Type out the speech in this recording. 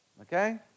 Okay